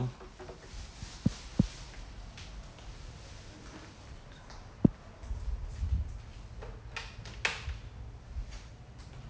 ya then err as in they said they weren't looking for people right but then they still put it on the 那个 my my s~ the the career the website lah